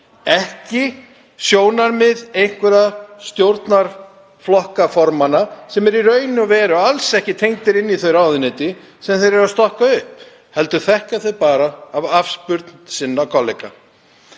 ekki sjónarmið einhverra stjórnarflokkaformanna sem eru í raun og veru alls ekki tengdir inn í þau ráðuneyti sem þeir eru að stokka upp heldur þekkja þau bara af afspurn sinna kollega.